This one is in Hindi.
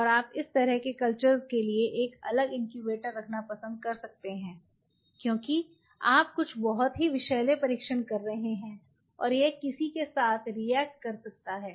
और आप इस तरह के कल्चर्स के लिए एक अलग इनक्यूबेटर रखना पसंद कर सकते हैं क्योंकि आप कुछ बहुत ही विषैले परीक्षण कर रहे हैं और यह किसी के साथ रियेक्ट कर सकता है